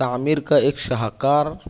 تعمیر کا ایک شاہکار